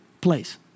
place